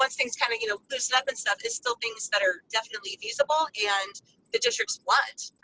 like things kind of you know loosen up and stuff is still things that are definitely feasible and the district's want.